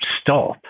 stop